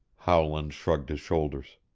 howland shrugged his shoulders.